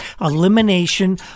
elimination